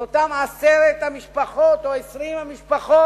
זה אותן עשר המשפחות או 20 המשפחות,